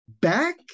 back